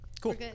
Cool